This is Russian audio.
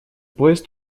поезд